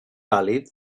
vàlid